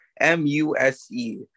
M-U-S-E